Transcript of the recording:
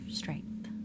strength